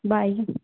bye